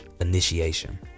initiation